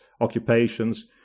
occupations